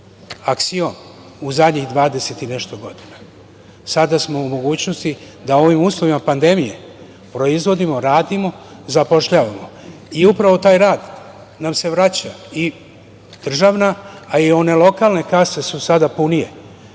aksiom u zadnjih dvadeset i nešto godina. Sada smo u mogućnosti da u ovim uslovima pandemije proizvodimo, radimo, zapošljavamo i upravo taj rad nam se vraća, i državna, a i one lokalne kase su sada punije. Većina